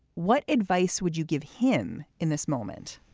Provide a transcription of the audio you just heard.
what advice would you give him in this moment?